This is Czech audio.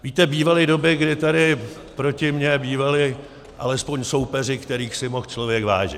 Víte, bývaly doby, kdy tady proti mně bývali alespoň soupeři, kterých si mohl člověk vážit.